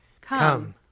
Come